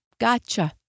gotcha